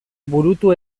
burutu